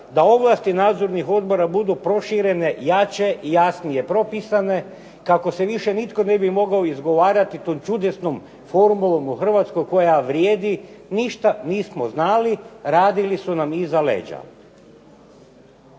da ovlasti nadzornih odbora budu proširene, jače i jasnije propisane kako se više nitko ne bi mogao izgovarati tom čudesnom formulom u Hrvatskoj koja vrijedi "Ništa nismo znali, radili su nam iza leđa".